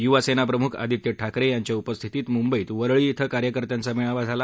युवा सेनाप्रमुख आदित्य ठाकरे यांच्या उपस्थितीत मुंबईत वरळी इथं कार्यकर्त्यांचा मेळावा झाला